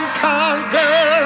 conquer